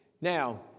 Now